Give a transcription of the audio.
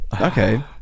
Okay